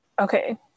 Okay